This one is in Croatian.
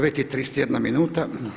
9 i 31 minuta.